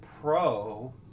Pro